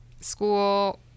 School